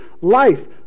life